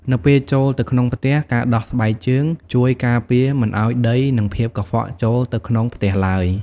នៅពេលចូលទៅក្នុងផ្ទះ ការដោះស្បែកជើងជួយការពារមិនឱ្យដីនិងភាពកខ្វក់ចូលទៅក្នុងផ្ទះឡើយ។